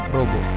Robo